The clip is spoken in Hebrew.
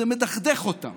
זה מדכדך אותם.